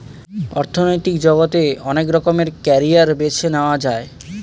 অর্থনৈতিক জগতে অনেক রকমের ক্যারিয়ার বেছে নেয়া যায়